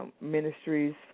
ministries